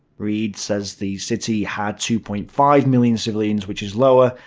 reid says the city had two point five million civilians, which is lower,